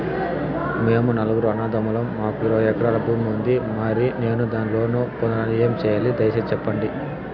మేము నలుగురు అన్నదమ్ములం మాకు ఇరవై ఎకరాల భూమి ఉంది, మరి నేను లోను పొందాలంటే ఏమి సెయ్యాలి? దయసేసి సెప్పండి?